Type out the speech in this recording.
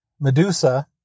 Medusa